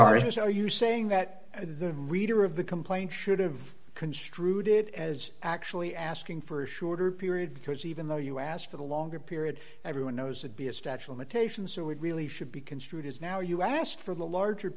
are you saying that the reader of the complaint should have construed it as actually asking for a shorter period because even though you asked for the longer period everyone knows it be a statue imitation so it really should be construed as now you asked for the larger